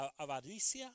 avaricia